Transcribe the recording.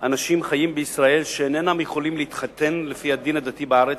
אנשים שחיים בישראל אינם יכולים להתחתן לפי הדין הדתי בארץ,